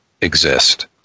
exist